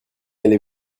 allez